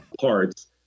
parts